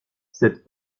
cette